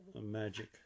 magic